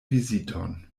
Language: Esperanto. viziton